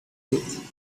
wood